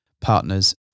partners